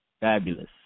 fabulous